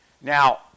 Now